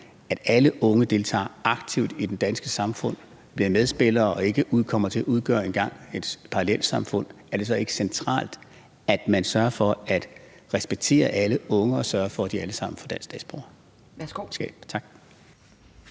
at alle unge deltager aktivt i det danske samfund, bliver medspillere og ikke kommer til at udgøre et parallelsamfund engang, er det så ikke centralt, at man sørger for at respektere alle unge og sørger for, at de alle sammen får dansk statsborgerskab? Tak.